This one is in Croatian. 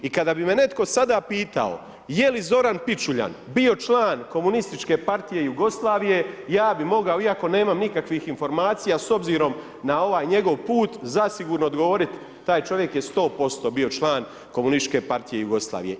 I kada bi me netko sada pitao, je li Zoran Pičuljan, bio član komunističke partije Jugoslavije, aj bi mogao iako nemam nikakvih informacija s obzirom na ovaj njegov put, zasigurno odgovoriti, taj čovjek je 100% bio član komunističke partije Jugoslavije.